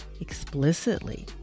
explicitly